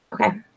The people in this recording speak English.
Okay